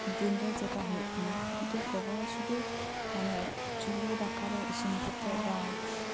ᱡᱮ ᱮᱠᱠᱷᱚᱱᱠᱟᱨ ᱫᱤᱱ ᱨᱮ ᱡᱮᱴᱟ ᱦᱩᱭᱩᱜ ᱠᱟᱱᱟ ᱢᱤᱫᱴᱮᱡ ᱜᱚᱜᱚ ᱦᱚᱲ ᱥᱩᱫᱩ ᱢᱟᱱᱮ ᱪᱩᱞᱦᱟᱹ ᱫᱟᱠᱟᱨᱮ ᱤᱥᱤᱱ ᱤᱥᱤᱱ ᱠᱟᱛᱮᱫ ᱵᱟ